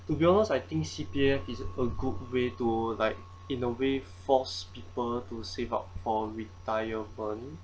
to be honest I think C_P_F is a good way to like in a way force people to save up for retirement